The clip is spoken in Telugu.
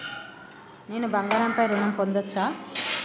నేను బంగారం పై ఋణం పొందచ్చా?